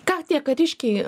ką tie kariškiai